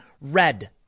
red